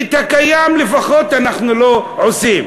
ואת הקיים לפחות אנחנו לא עושים.